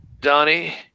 Donnie